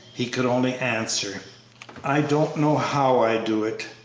he could only answer i don't know how i do it.